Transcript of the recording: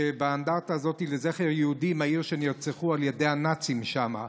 אנדרטה לזכר יהודים בעיר שנרצחו על ידי הנאצים שם.